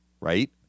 right